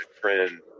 friend